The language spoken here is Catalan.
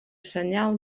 senyal